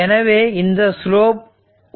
எனவே இந்த ஸ்லோப் 1 ஆகும்